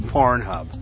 Pornhub